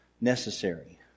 necessary